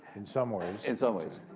in some ways. in some ways.